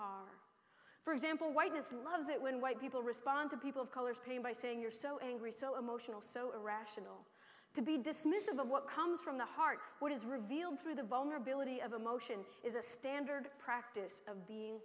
are for example whiteness loves it when white people respond to people of color pain by saying you're so angry so emotional so irrational to be dismissive of what comes from the heart what is revealed through the vulnerability of emotion is a standard practice of being